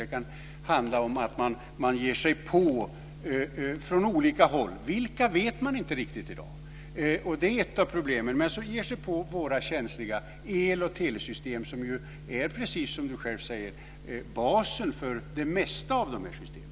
Det kan handla om att man från olika håll, vilka vet man inte riktigt i dag, och det är ett av problemen, ger sig på våra känsliga el och telesystem som ju är, precis som Margareta själv säger, basen för det mesta av de här systemen.